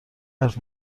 حرف